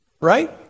Right